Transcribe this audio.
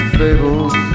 fables